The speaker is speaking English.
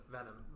Venom